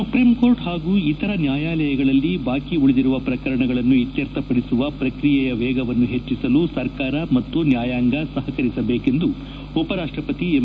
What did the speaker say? supreme Court ಪಾಗೂ ಇತರ ನ್ಯಾಯಾಲಯಗಳಲ್ಲಿ ಬಾಕಿ ಉಳಿದಿರುವ ಪ್ರಕರಣಗಳನ್ನು ಇತ್ತರ್ಥವಡಿಸುವ ಪ್ರಕ್ರಿಯೆಯ ವೇಗವನ್ನು ಪೆಟ್ಟಸಲು ಸರ್ಕಾರ ಮತ್ತು ನ್ಕಾಯಾಂಗ ಸಪಕರಿಸಬೇಕೆಂದು ಉಪರಾಷ್ಟಪಕಿ ಎಂ